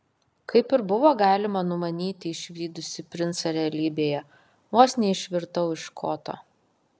kaip ir buvo galima numanyti išvydusi princą realybėje vos neišvirtau iš koto